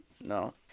No